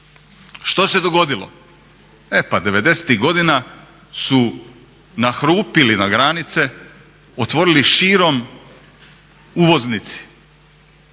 Što se dogodilo? E pa 90-tih godina su nahrupili na granice, otvorili širom uvoznici